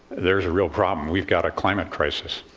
there's a real problem. we've got a climate crisis.